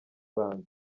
ibanza